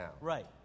Right